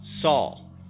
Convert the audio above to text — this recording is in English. Saul